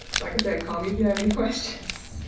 like i said, call me if you have any questions.